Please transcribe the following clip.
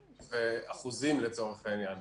ואחוזים לצורך העניין.